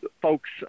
folks